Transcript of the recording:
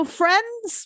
friends